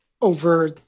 over